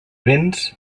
béns